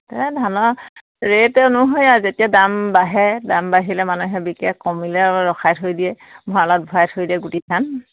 এ ধানৰ ৰে'ট অনুসৰি আ যেতিয়া দাম বাঢ়ে দাম বাঢ়িলে মানুহে বিকে কমিলে ৰখাই থৈ দিয়ে ভঁৰাালত ভৰাই থৈ দিয়ে গুটি ধান